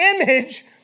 image